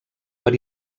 per